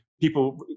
people